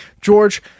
George